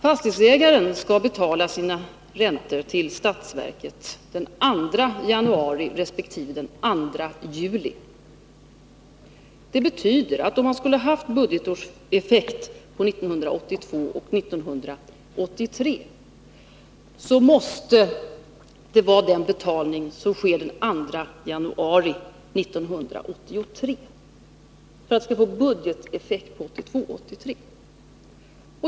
Fastighetsägaren skall betala sina räntor till statsverket den 2 januari resp. den2 juli. Det betyder att om man skall ha budgetårseffekt för 1982 och 1983, så måste betalningen ske den 2 januari 1983.